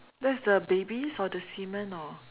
that's the babies or the semen or